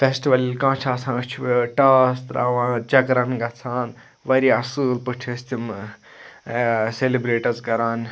festival کانٛہہ چھِ آسان أسۍ چھِ ٹاس تراوان چَکرَن گَژھان واریاہ اَصل پٲٹھۍ ٲسۍ تِم سیٚلِبریٹ حظ کَران